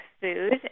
food